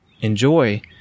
enjoy